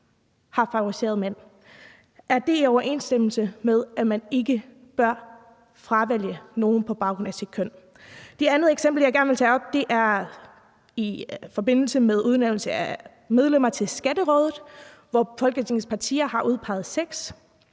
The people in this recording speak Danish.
har favoriseret mænd. Er det i overensstemmelse med, at man ikke bør fravælge nogen på baggrund af køn? Det andet eksempel, jeg gerne vil tage op, er i forbindelse med udnævnelse af medlemmer til Skatterådet, hvor Folketingets partier har udpeget 6.